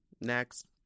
next